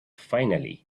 finally